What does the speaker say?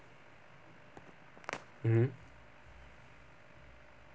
mmhmm